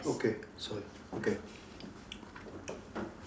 okay sorry okay